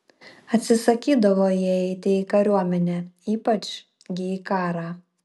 atsisakydavo jie eiti į kariuomenę ypač gi į karą